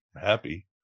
happy